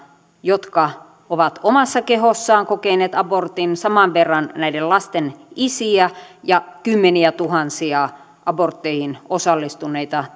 jotka ovat omassa kehossaan kokeneet abortin saman verran näiden lasten isiä ja kymmeniätuhansia abortteihin osallistuneita